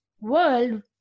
world